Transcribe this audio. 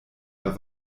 der